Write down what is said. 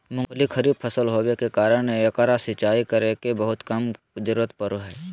मूंगफली खरीफ फसल होबे कारण एकरा सिंचाई करे के भी बहुत कम जरूरत पड़ो हइ